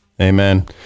Amen